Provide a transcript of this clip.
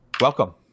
Welcome